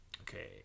okay